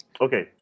Okay